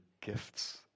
gifts